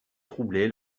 troublée